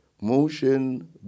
motion